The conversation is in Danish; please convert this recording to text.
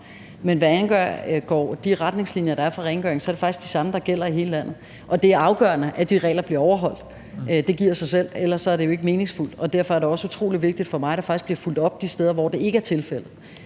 Men hvad angår de retningslinjer, der er for rengøring, er det faktisk de samme, der gælder i hele landet. Og det er afgørende, at de regler bliver overholdt, det giver sig selv, ellers er det jo ikke meningsfuldt. Derfor er det også utrolig vigtigt for mig, at der faktisk bliver fulgt op de steder, hvor det ikke er tilfældet.